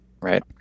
right